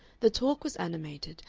the talk was animated,